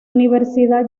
universidad